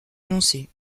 annoncée